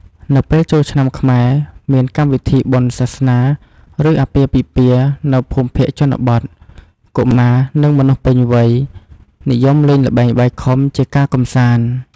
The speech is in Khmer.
នៅពេលចូលឆ្នាំខ្មែរមានកម្មវិធីបុណ្យសាសនា ឬអាពាហ៍ពិពាហ៍ នៅភូមិភាគជនបទ កុមារនិងមនុស្សពេញវ័យនិយមលេងល្បែងបាយខុំជាការកម្សាន្ត។